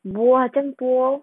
!wah! 酱多